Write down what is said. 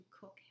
cook